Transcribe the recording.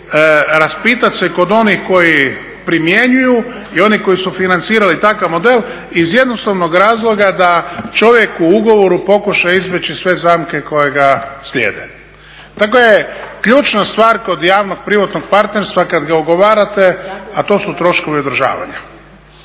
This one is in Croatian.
raspitati se kod onih koji primjenjuju i onih koji su financirali takav model, iz jednostavnog razloga da čovjek u ugovoru pokuša izbjeći sve zamke koje ga slijede. Dakle, ključna je stvar kod javno-privatnog partnerstva kada ga ugovarate, a to su troškovi održavanja.